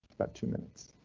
about two minutes.